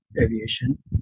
aviation